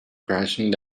crashing